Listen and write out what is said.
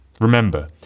Remember